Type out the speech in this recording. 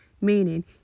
meaning